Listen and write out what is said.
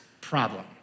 problem